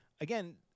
again